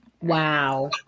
Wow